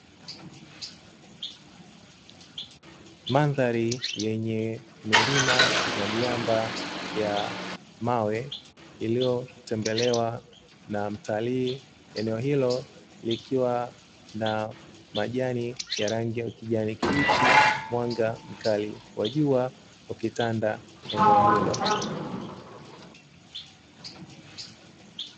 Mandhari yenye milima na miamba ya mawe iliyotembelewa na mtalii. Eneo hilo likiwa na majani ya rangi ya ukijani kibichi, mwanga mkali wa jua ukitanda eneo hilo.